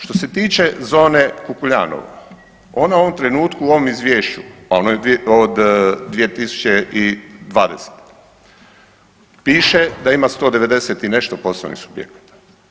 Što se tiče zone Kukuljanovo, ona u ovom trenutku u ovom Izvješću, a ono je od 2020., piše da ima 190 i nešto poslovnih subjekata.